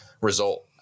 result